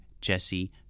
Jesse